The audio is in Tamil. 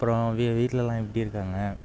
அப்பறம் வீ வீட்டிலலாம் எப்படி இருக்காங்க